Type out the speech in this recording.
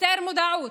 יותר מודעות,